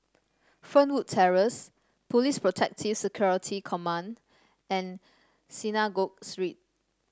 Fernwood Terrace Police Protective Security Command and Synagogue Street